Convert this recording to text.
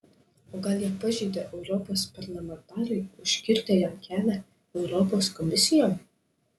o gal ją pažeidė europos parlamentarai užkirtę jam kelią europos komisijon